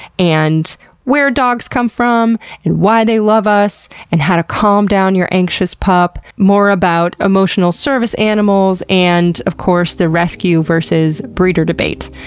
and where dogs come from, and why they love us, and how to calm down your anxious pup. more about emotional service animals, and of course, the rescue-versus-breeder debate.